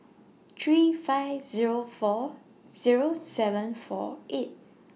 three five Zero four Zero seven four eight